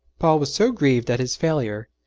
paul was so grieved at his failure,